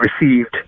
received